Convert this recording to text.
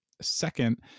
second